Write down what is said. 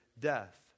death